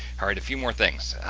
all right! a few more things.